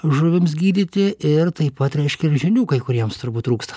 žuvims gydyti ir taip pat reiškia ir žinių kai kuriems turbūt trūksta